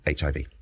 HIV